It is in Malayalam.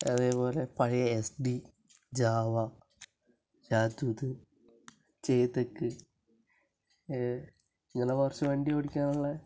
അതേപോലെ പഴയ എസ്ബി ജാവ ജാദൂത്ത് ചേതക്ക് ഇങ്ങനെ ഇങ്ങനെ കുറച്ച് വണ്ടി ഓടിക്കാനുള്ള